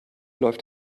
läuft